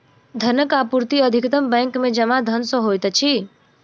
धनक आपूर्ति अधिकतम बैंक में जमा धन सॅ होइत अछि